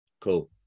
Cool